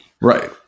Right